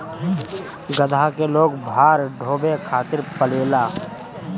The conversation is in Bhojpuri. गदहा के लोग भार ढोवे खातिर पालेला